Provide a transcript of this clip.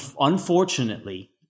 Unfortunately